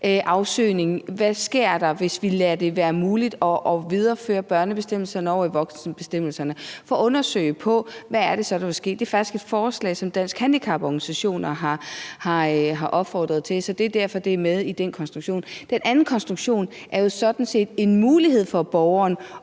er, der vil ske, hvis vi lader det være muligt at videreføre børnebestemmelserne i voksenbestemmelserne. Det er faktisk et forslag, som Danske Handicaporganisationer har opfordret til. Så det er derfor, det er med i den konstruktion. Den anden konstruktion er jo sådan set en mulighed for borgeren